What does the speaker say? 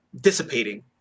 dissipating